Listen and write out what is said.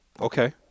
Okay